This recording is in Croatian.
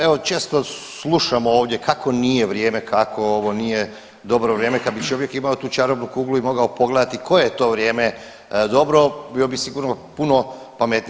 Evo često slušamo ovdje kako nije vrijeme, kako ovo nije dobro vrijeme i kad bi čovjek tu čarobnu kuglu i mogao pogledati koje je to vrijeme dobro, bio bi sigurno puno pametniji.